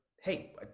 Hey